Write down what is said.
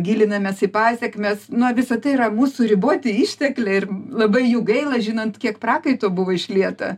gilinamės į pasekmes na visa tai yra mūsų riboti ištekliai ir labai jų gaila žinant kiek prakaito buvo išlieta